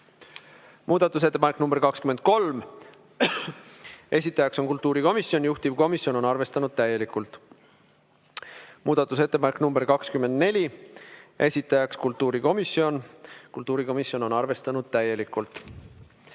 Muudatusettepanek nr 23, esitajaks on kultuurikomisjon, juhtivkomisjon on arvestanud täielikult. Muudatusettepanek nr 24, esitajaks kultuurikomisjon, kultuurikomisjon on arvestanud täielikult.